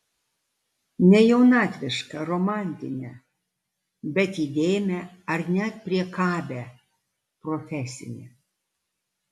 ne jaunatvišką romantinę bet įdėmią ar net priekabią profesinę